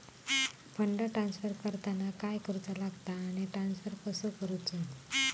Fund transfer करताना काय करुचा लगता आनी ट्रान्स्फर कसो करूचो?